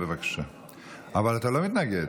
אבל אתה לא מתנגד.